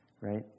right